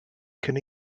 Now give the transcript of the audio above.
can